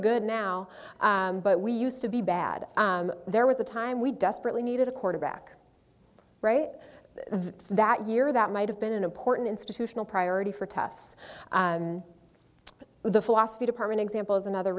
good now but we used to be bad there was a time we desperately needed a quarterback right that year that might have been an important institutional priority for toughs the philosophy department example is another